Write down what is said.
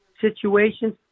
situations